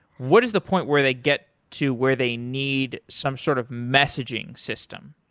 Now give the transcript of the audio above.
what is the point where they get to where they need some sort of messaging system?